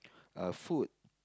uh food